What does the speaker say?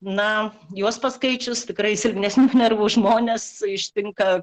na juos paskaičius tikrai silpnesnių nervų žmones ištinka